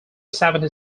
seventy